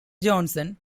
johnson